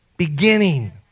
beginning